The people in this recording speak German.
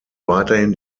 weiterhin